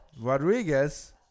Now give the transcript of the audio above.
Rodriguez